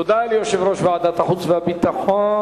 תודה ליושב-ראש ועדת החוץ והביטחון,